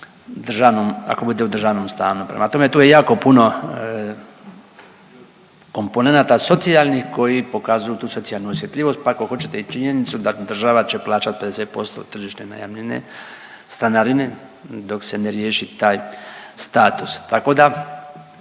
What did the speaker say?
ako bude u državnom stanu. Prema tome, tu je jako puno komponenata socijalnih koji pokazuju tu socijalnu osjetljivost pa ako hoćete i činjenicu da država će plaćati 50% tržišne najamnine, stanarine dok se ne riješi taj status. Tako da